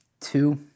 two